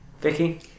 Vicky